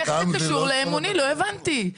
איך זה קשור לאמוני, לא הבנתי.